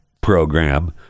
program